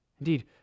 Indeed